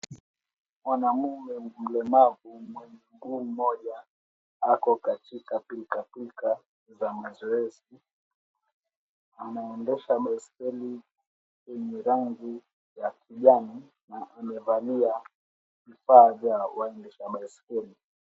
Mwanaume mlemavu mwenye mguu mmoja ako katika pilka pilka za mazoezi, anaendesha baiskeli yenye rangi ya kijani na amevalia vifaa vya waendesha baiskeli.